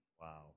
Wow